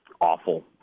awful